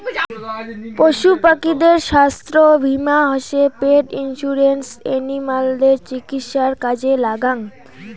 পশু পাখিদের ছাস্থ্য বীমা হসে পেট ইন্সুরেন্স এনিমালদের চিকিৎসায় কাজে লাগ্যাঙ